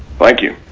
thank you.